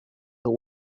the